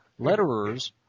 Letterers